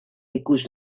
ikus